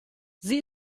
sie